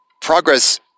progress